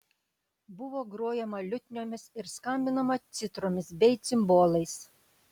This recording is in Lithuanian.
buvo grojama liutniomis ir skambinama citromis bei cimbolais